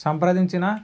సంప్రదించిన